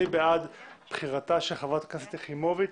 מי בעד בחירתה של חברת הכנסת חיימוביץ'